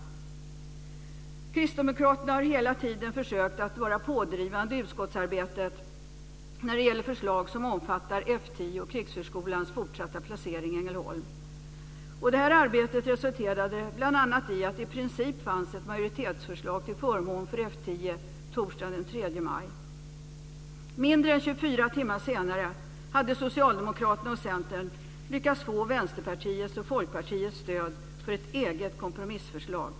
Kristdemokraterna har hela tiden försökt att vara pådrivande i utskottet när det gäller förslag som omfattar F 10 och Krigsflygskolans fortsatta placering i Ängelholm. Detta arbete resulterade bl.a. i att det fanns ett majoritetsförslag till förmån för F 10 torsdagen den 3 maj. Mindre än 24 timmar senare hade Socialdemokraterna och Centern lyckats att få Vänsterpartiets och Folkpartiets stöd för ett eget kompromissförslag.